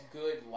good